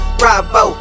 bravo